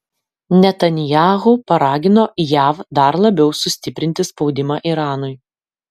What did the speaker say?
netanyahu paragino jav dar labiau stiprinti spaudimą iranui